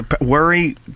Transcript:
worry